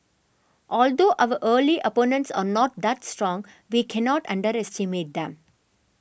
although our early opponents are not that strong we cannot underestimate them